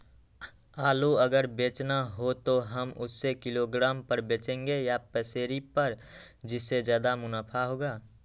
आलू अगर बेचना हो तो हम उससे किलोग्राम पर बचेंगे या पसेरी पर जिससे ज्यादा मुनाफा होगा?